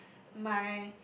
my